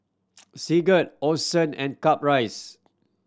Sigurd Orson and Caprice